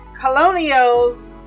colonials